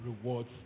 rewards